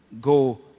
Go